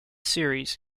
series